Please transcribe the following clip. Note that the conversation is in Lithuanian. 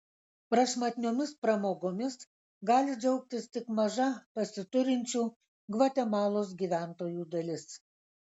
prašmatniomis pramogomis gali džiaugtis tik maža pasiturinčių gvatemalos gyventojų dalis